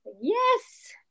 Yes